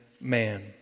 man